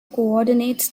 coordinates